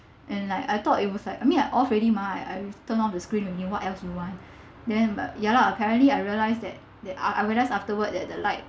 and like I thought it was like I mean I off already mah I I turn off the screen already what else you want then but ya lah apparently I realised that that I I realised afterwards that the light